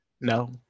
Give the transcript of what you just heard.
No